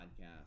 podcast